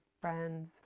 friends